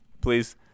please